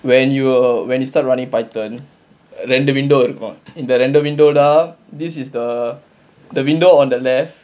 when you when you start running python ரெண்டு:rendu window இருக்கும் இந்த ரெண்டு:irukkum intha rendu window leh this is the the window on the left